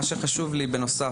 מה שחשוב לי בנוסף